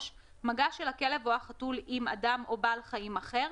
(3)מגע של הכלב או החתול עם אדם או בעל חיים אחר,